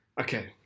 Okay